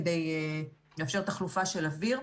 כדי לאפשר תחלופה של אוויר.